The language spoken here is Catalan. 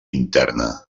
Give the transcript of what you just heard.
interna